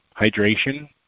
hydration